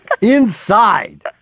Inside